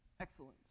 Excellent